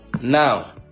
Now